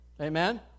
Amen